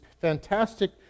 fantastic